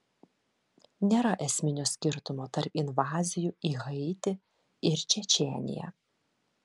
nėra esminio skirtumo tarp invazijų į haitį ir čečėniją